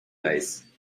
guys